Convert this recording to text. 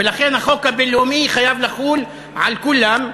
ולכן החוק הבין-לאומי חייב לחול על כולם.